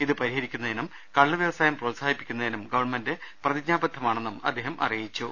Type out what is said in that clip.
ഇത് പരിഹരിക്കുന്നതിനും കള്ളുവൃവസായം പ്രോത്സാഹിപ്പിക്കുന്നതിനും ഗവൺമെൻറ് പ്രതിജ്ഞാബദ്ധമാണെന്നും അദ്ദേഹം അറിയിച്ചു